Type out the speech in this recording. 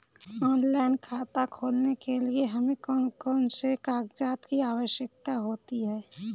Online खाता खोलने के लिए हमें कौन कौन से कागजात की आवश्यकता होती है?